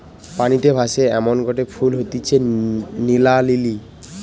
পানিতে ভাসে এমনগটে ফুল হতিছে নীলা লিলি